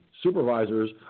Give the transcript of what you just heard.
Supervisors